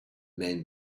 men